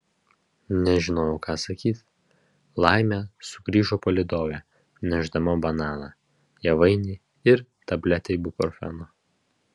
nežinojau ką sakyti laimė sugrįžo palydovė nešdama bananą javainį ir tabletę ibuprofeno